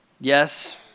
Yes